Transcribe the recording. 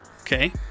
Okay